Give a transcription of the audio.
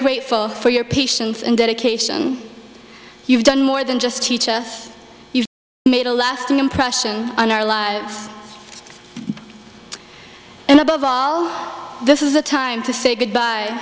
grateful for your patience and dedication you've done more than just teach us you've made a lasting impression on our lives and above all this is a time to say goodbye